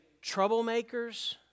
troublemakers